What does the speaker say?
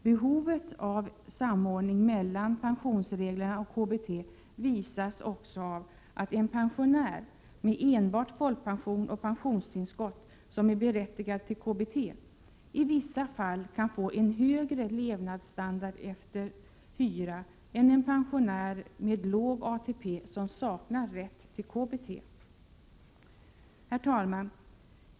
Behovet av samordning mellan pensionsreglerna och KBT visas också av att en pensionär med enbart folkpension och pensionstillskott, som är berättigad till KBT, i vissa fall kan få en högre levnadsstandard efter hyra än en pensionär med låg ATP som saknar rätt till KBT. Herr talman!